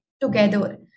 together